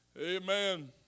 amen